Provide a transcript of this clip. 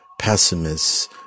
pessimists